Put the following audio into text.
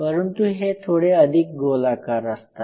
परंतु हे थोडे अधिक गोलाकार असतात